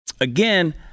again